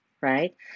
right